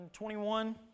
21